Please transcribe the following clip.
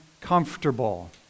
comfortable